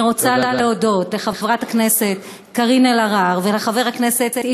אני רוצה להודות לחברת הכנסת קארין אלהרר ולחבר הכנסת,